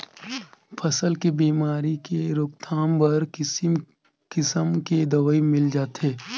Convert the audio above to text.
फसल के बेमारी के रोकथाम बर किसिम किसम के दवई मिल जाथे